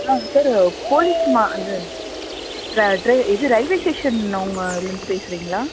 ஆ sir police மா இது இல்லை டே இது ரயில்வே ஸ்டேஷன் அவங்க இதுலிருந்து பேசுகிறீங்களா